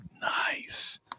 nice